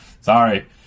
Sorry